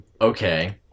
Okay